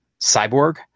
Cyborg